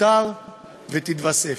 תותר ותתווסף.